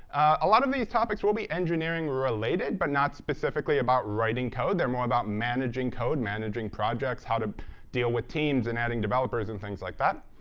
a lot of these topics will be engineering-related, but not specifically about writing code. they're more about managing code, managing projects, how to deal with teams and adding developers and things like that.